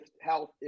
health